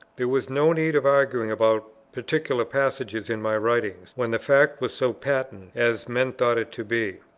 there was no need of arguing about particular passages in my writings, when the fact was so patent, as men thought it to be.